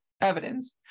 evidence